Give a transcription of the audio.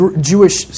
Jewish